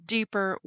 Deeper